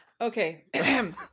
okay